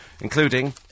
including